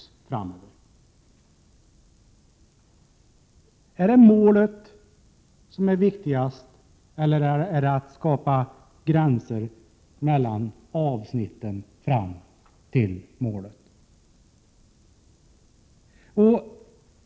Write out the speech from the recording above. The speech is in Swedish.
Är det målet som är viktigast, eller är det viktigast att skapa gränser mellan avsnitten fram till målet?